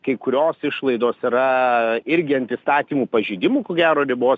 kai kurios išlaidos yra irgi ant įstatymų pažeidimų ko gero ribos